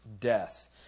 death